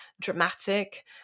dramatic